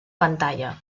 pantalla